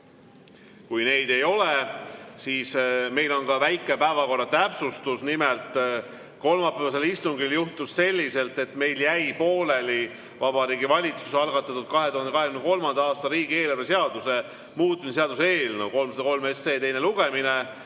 Kui neid ei ole, siis meil on ka väike päevakorra täpsustus. Nimelt, kolmapäevasel istungil juhtus nii, et meil jäi pooleli Vabariigi Valitsuse algatatud 2023. aasta riigieelarve seaduse muutmise seaduse eelnõu 303 teine lugemine.